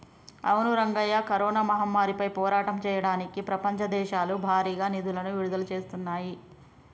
అవును రంగయ్య కరోనా మహమ్మారిపై పోరాటం చేయడానికి ప్రపంచ దేశాలు భారీగా నిధులను విడుదల చేస్తున్నాయి